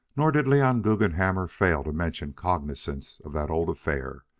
nor did leon guggenhammer fail to mention cognizance of that old affair.